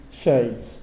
shades